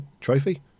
trophy